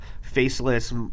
faceless